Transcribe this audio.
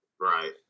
Right